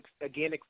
again